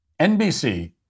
NBC